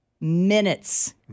minutes